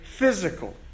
physical